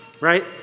right